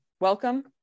welcome